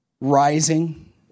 rising